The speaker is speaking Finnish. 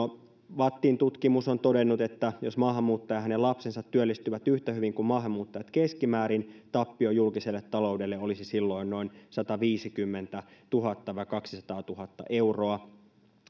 vattin tutkimus on todennut että jos maahanmuuttaja ja hänen lapsensa työllistyvät yhtä hyvin kuin maahanmuuttajat keskimäärin tappio julkiselle taloudelle olisi silloin noin sataviisikymmentätuhatta viiva kaksisataatuhatta euroa